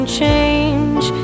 change